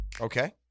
Okay